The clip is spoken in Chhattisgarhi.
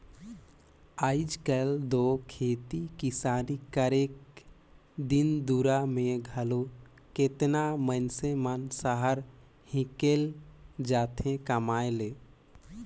आएज काएल दो खेती किसानी करेक दिन दुरा में घलो केतना मइनसे मन सहर हिंकेल जाथें कमाए ले